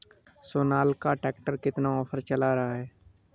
Sonalika tractor में कितना offer चल रहा है?